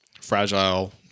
fragile